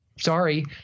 sorry